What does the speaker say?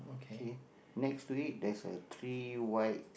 okay next to it that's a three white